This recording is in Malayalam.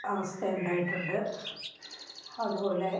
അവസ്ഥ ഉണ്ടായിട്ടുണ്ട് അതുപോലെ